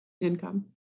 income